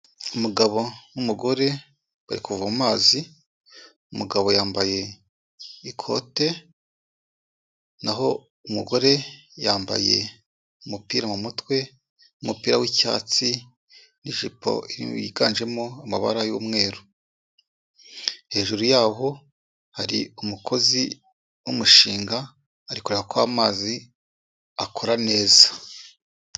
Umugabo n'umugore bari kuvoma amazi. Umugabo yambaye ikote naho umugore yambaye umupira mu mutwe, umupira wicyatsi n'ijipo yiganjemo amabara y'umweru, hejuru yaho hari umukozi w'umushinga ari kureba ko amazi akora neza.